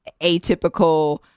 atypical